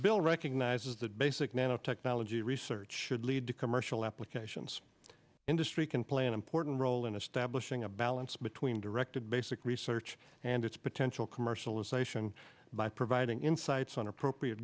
bill recognizes that basic nanotechnology research would lead to commercial applications industry can play an important role in establishing a balance between directed basic research and its potential commercialization by providing insights on appropriate